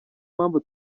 mpamvu